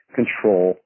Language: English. control